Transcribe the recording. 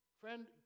Friend